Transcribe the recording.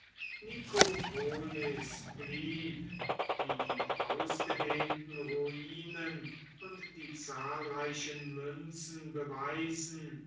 nikopolis blieb wie die ausgedehnten ruinen und die zahlreichen münzen beweisen